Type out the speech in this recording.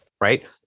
right